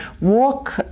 walk